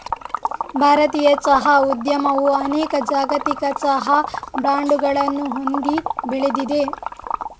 ಭಾರತೀಯ ಚಹಾ ಉದ್ಯಮವು ಅನೇಕ ಜಾಗತಿಕ ಚಹಾ ಬ್ರಾಂಡುಗಳನ್ನು ಹೊಂದಿ ಬೆಳೆದಿದೆ